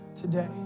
today